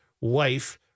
wife